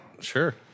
Sure